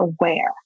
aware